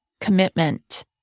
commitment